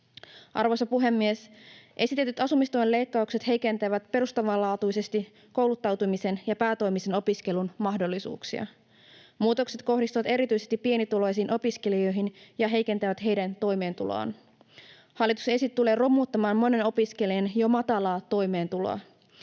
Arvoisa puhemies! Esitetyt asumistuen leikkaukset heikentävät perustavanlaatuisesti kouluttautumisen ja päätoimisen opiskelun mahdollisuuksia. Muutokset kohdistuvat erityisesti pienituloisiin opiskelijoihin ja heikentävät heidän toimeentuloaan. Hallitus ensin tulee romuttamaan monen opiskelijan jo matalaa toimeentuloa.